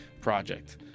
project